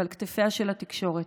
ועל כתפיה של התקשורת.